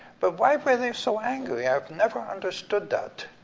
but why were they so angry? i've never understood that.